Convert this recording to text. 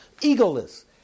egoless